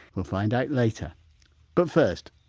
we'll find out later but first,